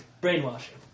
brainwashing